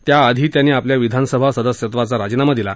त्या आधी त्यांनी आपल्या विधानसभा सदस्यत्वाचा राजीनामा दिला